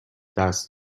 دست